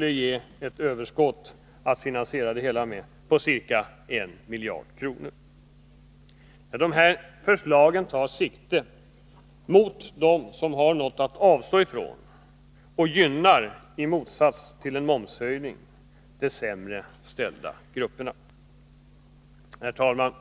ge ett överskott på ca 1 miljard kronor. Dessa förslag riktar sig mot dem som har något att avstå ifrån och gynnar —i motsats till en momshöjning — de sämre ställda grupperna. Herr talman!